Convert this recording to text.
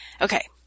Okay